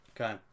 Okay